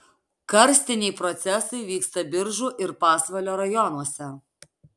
karstiniai procesai vyksta biržų ir pasvalio rajonuose